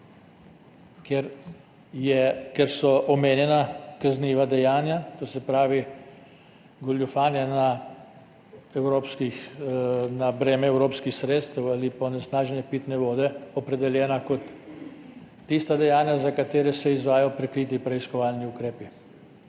Ker so omenjena kazniva dejanja, to se pravi goljufanje na breme evropskih sredstev ali pa onesnaženje pitne vode, opredeljena kot tista dejanja, za katera se izvajajo prikriti preiskovalni ukrepi.